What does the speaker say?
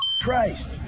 Christ